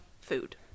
food